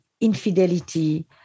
infidelity